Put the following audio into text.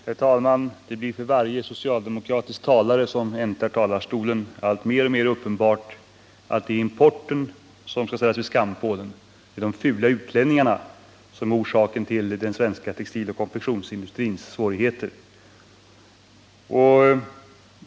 Herr talman! För varje socialdemokratisk talare som äntrar talarstolen blir det mer och mer uppenbart att det är importen som skall ställas vid skampålen. Det är de fula utlänningarna som är orsaken till den svenska textiloch konfektionsindustrins svårigheter.